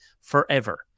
forever